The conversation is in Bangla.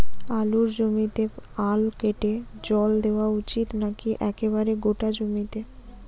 আলুর জমিতে আল কেটে জল দেওয়া উচিৎ নাকি একেবারে গোটা জমিতে?